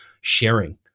sharing